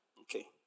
Okay